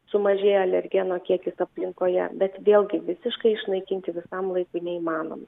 sumažėja alergeno kiekis aplinkoje bet vėlgi visiškai išnaikinti visam laikui neįmanom